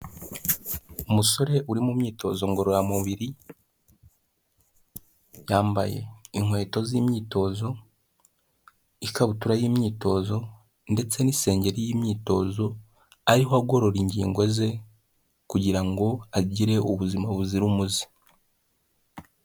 Umusore uri mu myitozo ngororamubiri yambaye inkweto z'imyitozo, ikabutura y'imyitozo ndetse n'isengeri y'imyitozo ariho agorora ingingo ze kugira ngo agire ubuzima buzira umuze.